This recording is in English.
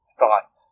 thoughts